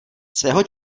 svého